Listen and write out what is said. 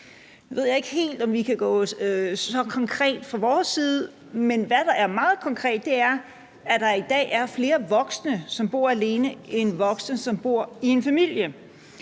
ved jeg ikke helt, om vi kan gøre det så konkret fra vores side, men hvad der er meget konkret, er det, at der i dag er flere voksne, som bor alene, end voksne, som bor i en familie.